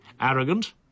Arrogant